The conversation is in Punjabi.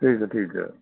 ਠੀਕ ਹੈ ਠੀਕ ਹੈ